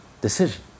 decision